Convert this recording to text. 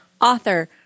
author